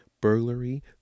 burglary